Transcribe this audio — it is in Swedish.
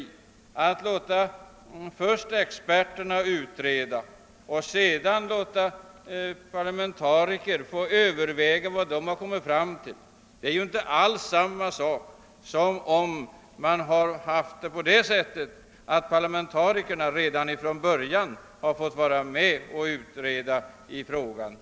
Ait först låta experterna utreda och sedan låta parlamentariker överväga vad de har kommit fram till blir inte alls samma sak som om parlamentarikerna redan från början fått vara med och utreda frågan.